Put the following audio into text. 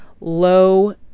Low